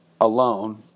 alone